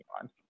on